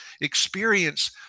experience